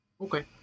Okay